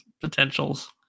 potentials